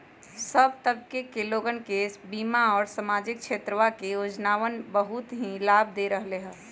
सब तबके के लोगन के बीमा और सामाजिक क्षेत्रवा के योजनावन बहुत ही लाभ दे रहले है